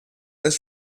als